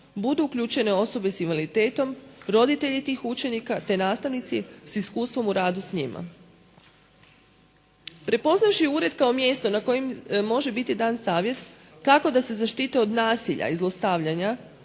budu uključene osobe s invaliditetom, roditelji tih učenika te nastavnici s iskustvom ur adu s njima. Prepoznavši ured kao mjesto na kojem može biti dan savjet kako da se zaštite od nasilja i zlostavljanja